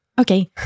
okay